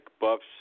buffs